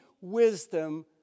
wisdom